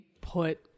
put